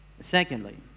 Secondly